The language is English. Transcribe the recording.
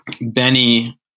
Benny